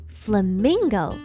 flamingo 。